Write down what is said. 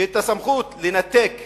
לנתק